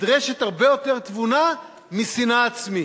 נדרשת הרבה יותר תבונה משנאה עצמית,